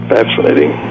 Fascinating